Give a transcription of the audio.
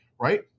right